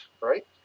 Right